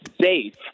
safe